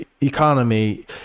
economy